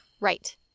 Right